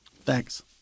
Thanks